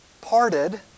parted